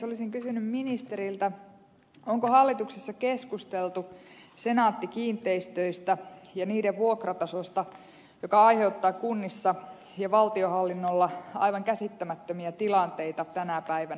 olisin kysynyt ministeriltä onko hallituksessa keskusteltu senaatti kiinteistöistä ja niiden vuokratasosta joka aiheuttaa kunnissa ja valtionhallinnossa aivan käsittämättömiä tilanteita tänä päivänä